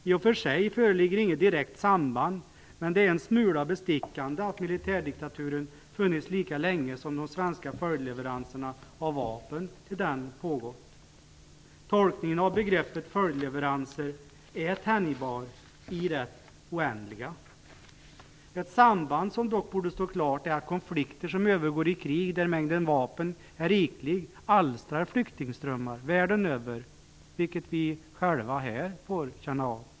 I och för sig föreligger inget direkt samband, men det är en smula bestickande att militärdiktaturen funnits lika länge som de svenska följdleveranserna av vapen till denna pågått. Tolkningen av begreppet följdleveranser är tänjbar i det oändliga. Ett samband som dock borde stå klart är att konflikter som övergår i krig där mängden vapen är riklig alstrar flyktingströmmar världen över, vilket vi själva får känna av.